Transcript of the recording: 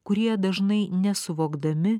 kurie dažnai nesuvokdami